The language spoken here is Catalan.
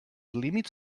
límits